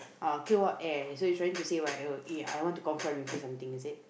ah okay what eh so you trying to say right eh I want to confront with you something he said